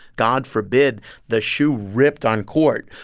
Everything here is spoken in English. god forbid the shoe ripped on court,